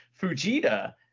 fujita